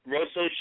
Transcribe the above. Rosso